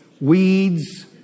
weeds